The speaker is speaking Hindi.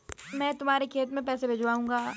मैं तुम्हारे खाते में पैसे भिजवा दूँगी